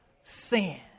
sin